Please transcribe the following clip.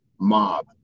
mob